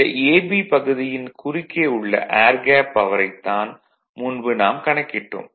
இந்த ab பகுதியின் குறுக்கே உள்ள ஏர் கேப் பவரைத் தான் முன்பு நாம் கணக்கிட்டோம்